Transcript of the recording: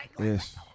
Yes